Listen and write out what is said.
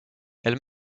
elle